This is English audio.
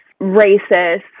racist